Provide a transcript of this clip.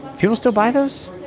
people still buy those?